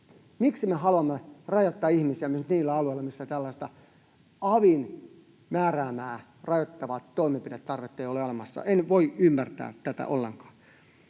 Miksi me haluamme rajoittaa ihmisiä myös niillä alueilla, missä tällaista avin määräämää rajoittavaa toimenpidetarvetta ei ole olemassa? En voi ymmärtää tätä ollenkaan.